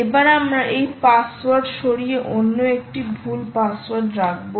এবার আমরা এই পাসওয়ার্ড সরিয়ে অন্য একটি ভুল পাসওয়ার্ড রাখবো